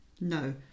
no